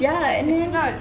ya then if not